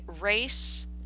race